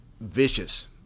vicious